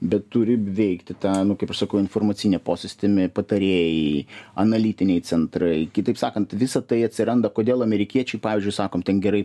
bet turi veikti ta nu kaip aš sakau informacinė posistemė patarėjai analitiniai centrai kitaip sakant visa tai atsiranda kodėl amerikiečiai pavyzdžiui sakom tai gerai